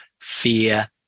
fear